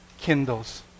kindles